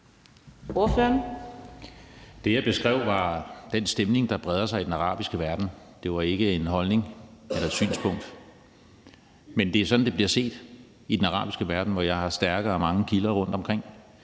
Det, jeg beskrev, var den stemning, der breder sig i den arabiske verden. Det var ikke en holdning eller et synspunkt. Men det er sådan, det bliver set rundtomkring i den arabiske verden, hvor jeg har mange stærke kilder. Der